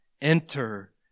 Enter